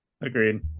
Agreed